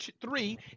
three